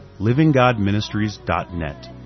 livinggodministries.net